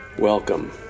Welcome